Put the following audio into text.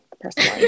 personally